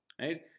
Right